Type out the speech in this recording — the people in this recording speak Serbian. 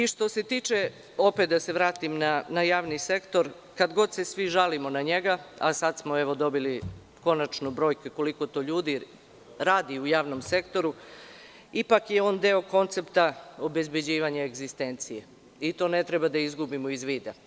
Opet da se vratim na javni sektor, kad god se svi žalimo na njega, a sad smo evo dobili konačno brojke koliko to ljudi radi u javnom sektoru, ipak je on deo koncepta obezbeđivanja egzistencije i to ne treba da izgubimo iz vida.